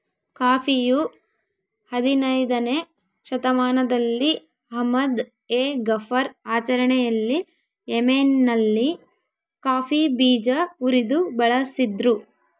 ಕಾಫಿಯು ಹದಿನಯ್ದನೇ ಶತಮಾನದಲ್ಲಿ ಅಹ್ಮದ್ ಎ ಗಫರ್ ಆಚರಣೆಯಲ್ಲಿ ಯೆಮೆನ್ನಲ್ಲಿ ಕಾಫಿ ಬೀಜ ಉರಿದು ಬಳಸಿದ್ರು